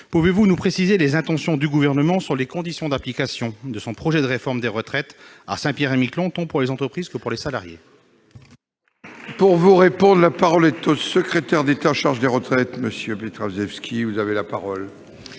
pouvez-vous nous préciser les intentions du Gouvernement sur les conditions d'application de son projet de réforme des retraites à Saint-Pierre-et-Miquelon tant pour les entreprises que pour les salariés ? La parole est à M. le secrétaire d'État chargé des retraites. Monsieur le sénateur Artano,